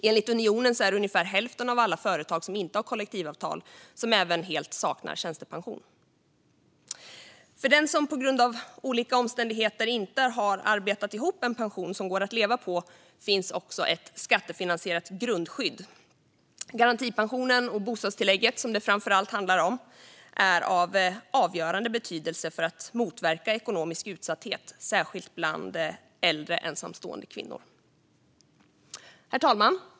Enligt Unionen är det ungefär hälften av alla företag som inte har kollektivavtal som även helt saknar tjänstepension. För den som på grund av olika omständigheter inte har arbetat ihop en pension som går att leva på finns också ett skattefinansierat grundskydd. Garantipensionen och bostadstillägget, som det framför allt handlar om, är av avgörande betydelse för att motverka ekonomisk utsatthet, särskilt bland äldre ensamstående kvinnor. Herr talman!